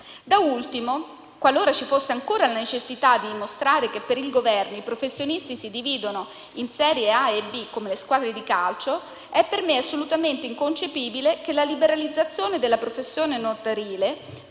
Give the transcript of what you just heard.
Da ultimo, qualora ci fosse ancora la necessità di dimostrare che per il Governo i professionisti si dividono in serie A e B, come le squadre di calcio, è per me assolutamente inconcepibile che la liberalizzazione della professione notarile